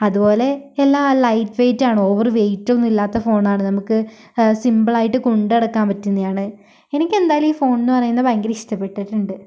അതുപോലെ എല്ലാം ലൈറ്റ് വെയിറ്റാണ് ഓവർ വെയിറ്റൊന്നുമില്ലാത്ത ഫോണാണ് നമുക്ക് സിമ്പിളായിട്ട് കൊണ്ട് നടക്കാൻ പറ്റുന്നതാണ് എനിക്ക് എന്തായാലും ഈ ഫോൺ എന്ന് പറയുന്നത് ഭയങ്കര ഇഷ്ട്ടപ്പെട്ടിട്ടുണ്ട്